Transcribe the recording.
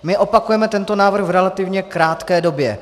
My opakujeme tento návrh v relativně krátké době.